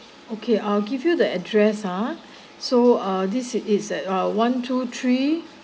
okay I'll give you the address ah so uh this is it's at uh one two three